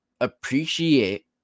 appreciate